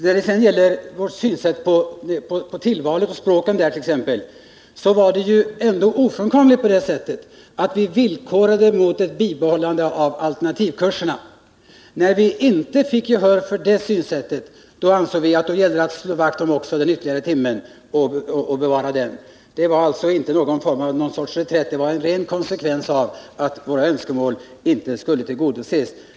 När det gäller vår syn på tillvalet och språken är det ändå ofrånkomligt att vi villkorade ett minskat timtal mot ett bibehållande av alternativkurserna. När vi inte fick gehör för det synsättet, ansåg vi det angeläget att slå vakt om den ytterligare timmen. Det var inte någon form av reträtt utan en ren konsekvens att våra önskemål inte kunde tillgodoses.